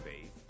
faith